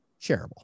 Shareable